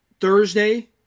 Thursday